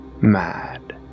mad